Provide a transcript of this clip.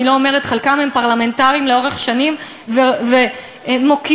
חלקם הם פרלמנטרים לאורך שנים ומוקירים